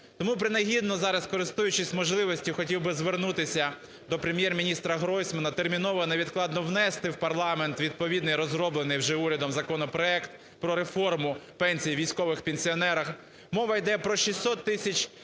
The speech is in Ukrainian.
Тому принагідно зараз, користуючись можливістю, хотів би звернутися до Прем'єр-міністраГройсмана терміново невідкладно внести в парламент відповідний розроблений вже урядом законопроект про реформу пенсій військовим пенсіонерам. Мова йде про 600 тисяч громадян